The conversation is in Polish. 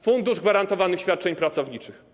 Fundusz Gwarantowanych Świadczeń Pracowniczych.